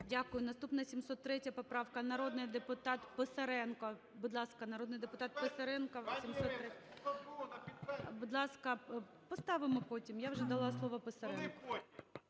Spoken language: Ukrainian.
Дякую. Наступна – 703 поправка, народний депутат Писаренко. Будь ласка, народний депутат Писаренко, 703-я. (Шум у залі) Будь ласка... Поставимо потім, я вже дала слово Писаренку.